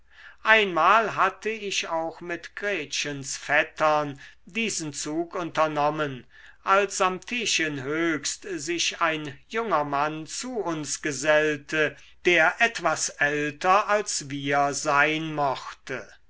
einmal hatte ich auch mit gretchens vettern diesen zug unternommen als am tisch in höchst sich ein junger mann zu uns gesellte der etwas älter als wir sein mochte